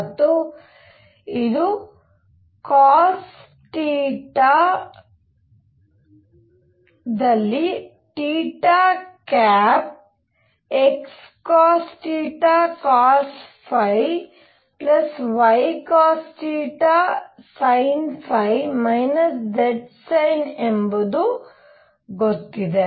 ಮತ್ತು ಇದು xcosθcosϕ ycosθsinϕ zsin ಎಂಬುದು ಗೊತ್ತಿದೆ